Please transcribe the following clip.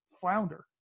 flounder